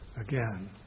again